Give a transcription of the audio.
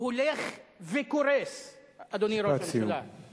הולך וקורס, אדוני ראש הממשלה, משפט סיום.